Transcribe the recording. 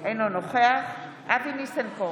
אינו נוכח אבי ניסנקורן,